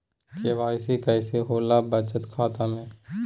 KYC कैसे होला बचत खाता में?